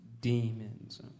demons